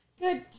good